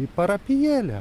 į parapijėlę